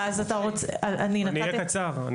אני אהיה קצר.